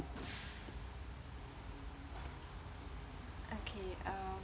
okay uh